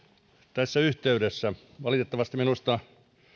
tässä yhteydessä valitettavasti minusta